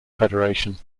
federation